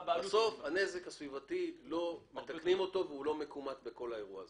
הנזק הסביבתי לא מתוקן ולא מכומת בכל האירוע הזה.